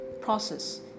process